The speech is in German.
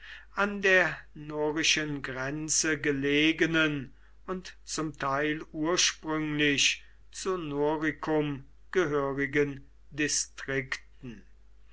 an der norischen grenze gelegenen und zum teil ursprünglich zu noricum gehörigen distrikten